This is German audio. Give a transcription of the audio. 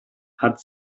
hat